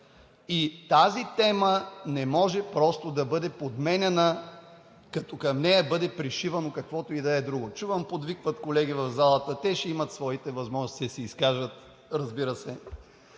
и тази тема не може просто да бъде подменяна, като към нея бъде пришивано каквото и да е друго. Чувам, подвикват колеги в залата. Те ще имат своите възможности да се изкажат, разбира се.